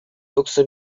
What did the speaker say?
yoksa